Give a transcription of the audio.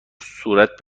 صورت